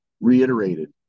reiterated